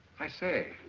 i say,